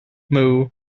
moo